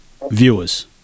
viewers